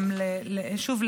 שוב,